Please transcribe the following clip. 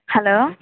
hello